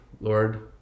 Lord